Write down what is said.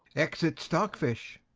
exit stockfish